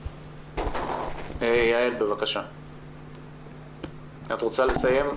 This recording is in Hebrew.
יעל, את רוצה לסיים?